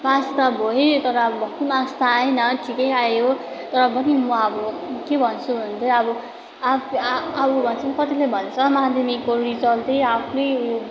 pass त भए तर अब भक्कु मार्क्स त आएन ठिकै आयो तरपनि म अब के भन्छु भने चाहिँ अब आ कतिले भन्छ माध्यमिकको रिजल्ट चाहिँ आफ्नै उयो